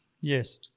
Yes